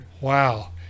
wow